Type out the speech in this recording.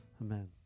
Amen